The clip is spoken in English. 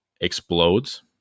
Explodes